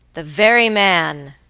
the very man!